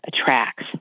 attracts